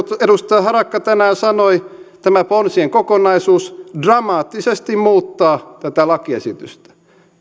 edustaja harakka tänään sanoi tämä ponsien kokonaisuus dramaattisesti muuttaa tätä lakiesitystä